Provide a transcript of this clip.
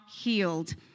healed